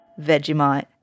Vegemite